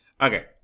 Okay